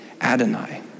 Adonai